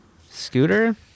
Scooter